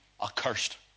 accursed